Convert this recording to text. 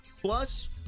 plus